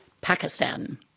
Pakistan